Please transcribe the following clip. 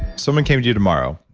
someone came to you tomorrow,